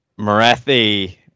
Marathi